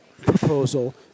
proposal